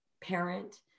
parent